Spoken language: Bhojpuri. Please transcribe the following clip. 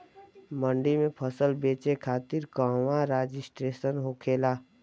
मंडी में फसल बेचे खातिर कहवा रजिस्ट्रेशन होखेला?